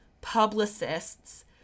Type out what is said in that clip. publicists